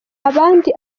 abandi